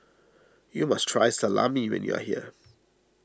you must try Salami when you are here